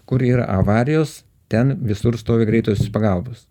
kur yra avarijos ten visur stovi greitosios pagalbos